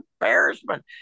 embarrassment